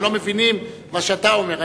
הם לא מבינים מה שאתה אומר.